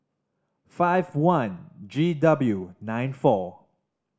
five one G W nine four